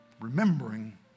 Remembering